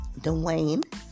Dwayne